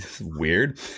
Weird